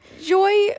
joy